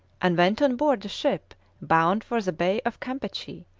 and went on board a ship bound for the bay of campeachy,